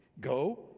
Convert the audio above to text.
Go